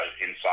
inside